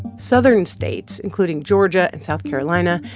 southern states, including georgia and south carolina,